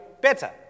better